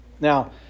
Now